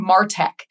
MarTech